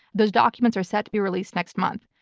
those documents are set to be released next month.